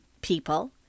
people